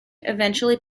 eventually